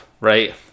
right